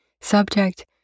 subject